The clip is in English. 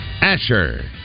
Asher